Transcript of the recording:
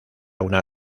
una